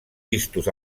vistos